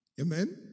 Amen